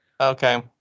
Okay